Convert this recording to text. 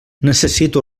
necessito